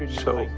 so